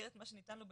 במסגרת מה שניתן לו,